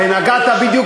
ונגעת בדיוק